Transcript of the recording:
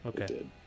Okay